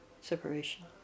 separation